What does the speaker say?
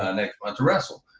ah next month wrestle.